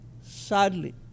Sadly